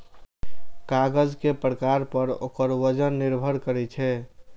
कागज के प्रकार पर ओकर वजन निर्भर करै छै